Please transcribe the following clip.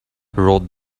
wrote